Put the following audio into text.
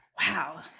wow